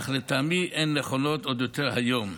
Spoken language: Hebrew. אך לטעמי הן נכונות עוד יותר היום,